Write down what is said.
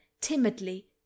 timidly